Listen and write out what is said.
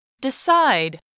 Decide